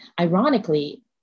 ironically